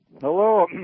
Hello